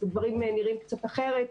אז הדברים נראית קצת אחרת.